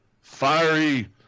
fiery